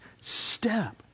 step